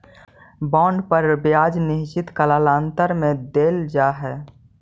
bond पर ब्याज निश्चित कालांतर में देल जा हई